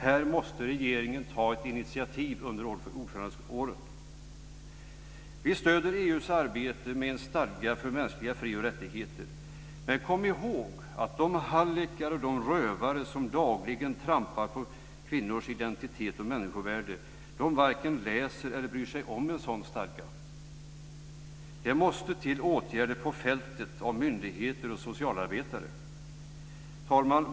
Här måste regeringen ta ett initiativ under ordförandeåret. Vi stöder EU:s arbete med en stadga för mänskliga fri och rättigheter. Men kom ihåg att de hallickar och rövare som dagligen trampar på kvinnors identitet och människovärde varken läser eller bryr sig om en sådan stadga. Det måste till åtgärder på fältet av myndigheter och socialarbetare. Herr talman!